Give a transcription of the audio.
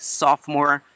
sophomore